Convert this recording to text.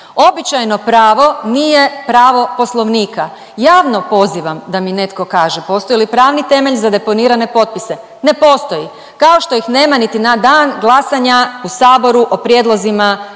Običajno pravo nije pravo Poslovnika. Javno pozivam da mi netko kaže postoji li pravni temelj za deponirane potpise. Ne postoji. Kao što ih nema niti na dan glasanja u saboru o prijedlozima